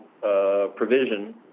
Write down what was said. provision